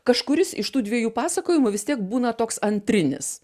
kažkuris iš tų dviejų pasakojimų vis tiek būna toks antrinis